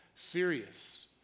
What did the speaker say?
Serious